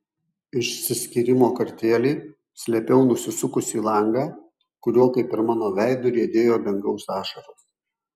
išsiskyrimo kartėlį slėpiau nusisukusi į langą kuriuo kaip ir mano veidu riedėjo dangaus ašaros